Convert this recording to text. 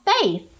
faith